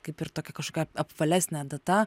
kaip ir tokia kažkokia apvalesnė data